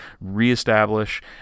reestablish